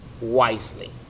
wisely